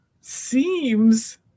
seems